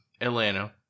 Atlanta